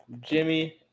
Jimmy